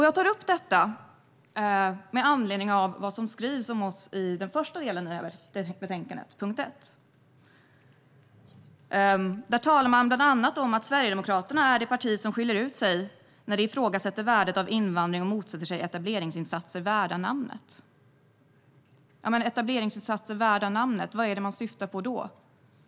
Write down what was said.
Jag tar upp detta med anledning av vad som skrivs om oss i första delen av betänkandet, punkt 1. Där talar man bland annat om att Sverigedemokraterna är "det parti som skiljer ut sig när de ifrågasätter värdet av invandring och motsätter sig etableringsinsatser värda namnet". "Etableringsinsatser värda namnet" - vad syftar man på då?